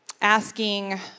asking